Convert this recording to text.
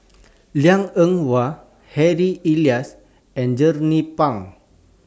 Liang Eng Hwa Harry Elias and Jernnine Pang